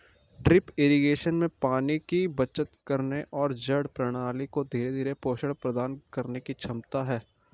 drip irrigation में पानी की बचत करने और जड़ प्रणाली को धीरे धीरे पोषण प्रदान करने की क्षमता है